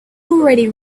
already